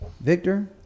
Victor